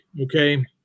Okay